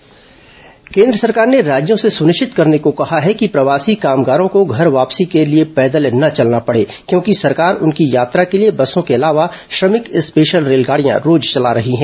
corona प्रवासी कामगार केन्द्र सरकार ने राज्यों से सुनिश्चित करने को कहा है कि प्रवासी कामगारों को घर वापसी के लिए पैदल न चलना पड़े क्योंकि सरकार उनकी यात्रा के लिये बसों के अलावा श्रमिक स्पेशल रेलगाड़ियां रोज चला रही है